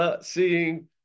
Seeing